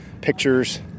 pictures